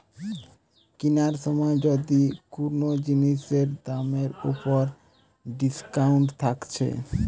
কিনার সময় যদি কুনো জিনিসের দামের উপর ডিসকাউন্ট থাকছে